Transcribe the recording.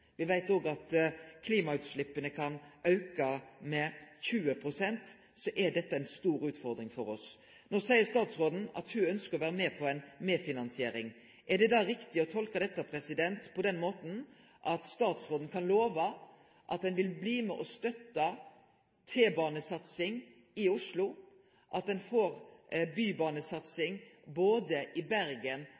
veit òg at klimautsleppa kan auke med 20 pst. – så er dette ei stor utfordring for oss. No seier statsråden at ho ønskjer å vere med på ei medfinansiering. Er det da riktig å tolke dette på den måten at statsråden kan love at ein vil bli med og støtte T-banesatsing i Oslo, at ein får ei bybanesatsing både i Bergen